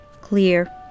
clear